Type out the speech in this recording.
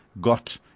got